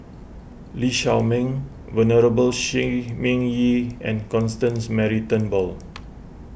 Lee Shao Meng Venerable Shi Ming Yi and Constance Mary Turnbull